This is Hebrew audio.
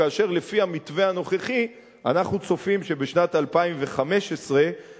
כאשר לפי המתווה הנוכחי אנחנו צופים שבשנת 2015 מדובר